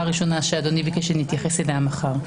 הראשונה שאדוני ביקש שנתייחס אליה מחר.